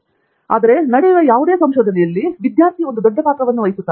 ನಂತರ ನಡೆಯುವ ಕೆಲಸದಲ್ಲಿ ವಿದ್ಯಾರ್ಥಿ ಒಂದು ದೊಡ್ಡ ಪಾತ್ರವನ್ನು ವಹಿಸುತ್ತಾರೆ